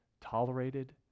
tolerated